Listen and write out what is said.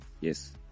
yes